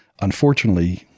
unfortunately